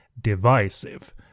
divisive